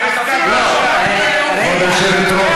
את אפילו לא שמעת,